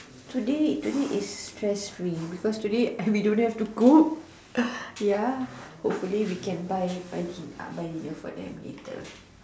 today today is free because today we don't have to cook ya hopefully we can buy buy dinner for them later